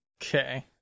Okay